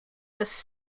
was